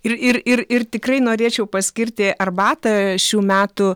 ir ir ir ir tikrai norėčiau paskirti arbatą šių metų